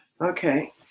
Okay